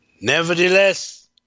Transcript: nevertheless